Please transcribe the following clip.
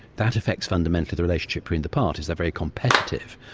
that affects fundamentally the relationship between the parties, they're very competitive.